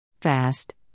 Fast